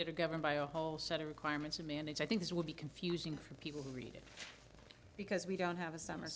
at a governed by a whole set of requirements to manage i think this will be confusing for people who read it because we don't have a summer